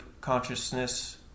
consciousness